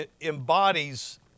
embodies